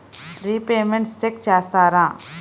Repayments check చేస్తారా?